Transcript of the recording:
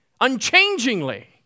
unchangingly